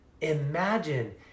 imagine